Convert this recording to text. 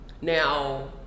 Now